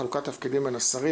חלוקת התפקידים בין השרים,